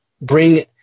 bring